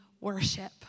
worship